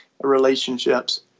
relationships